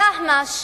בדהמש,